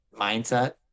mindset